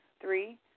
Three